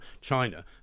China